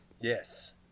Yes